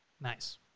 nice